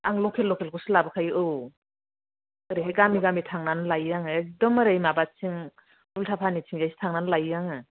आं लकेल लकेलखौसो लाबोखायो औ ओरैहाय गामि गामि थांनानै लायो आङो एखदम ओरै माबाथिं उल्तापानिथिंजायसो थांनानै लायो आङो